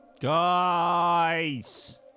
Guys